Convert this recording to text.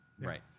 Right